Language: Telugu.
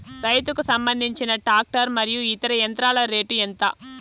రైతుకు సంబంధించిన టాక్టర్ మరియు ఇతర యంత్రాల రేటు ఎంత?